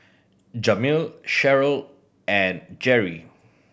Jamil Sherryl and Gerry